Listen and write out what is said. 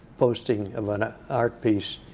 posting of an art piece